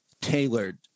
tailored